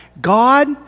God